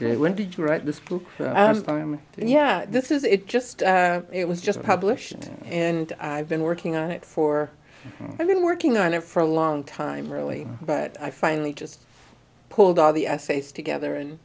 good when did you write this book and yeah this is it just it was just published and i've been working on it for i've been working on it for a long time really but i finally just pulled all the essays together and